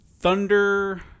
Thunder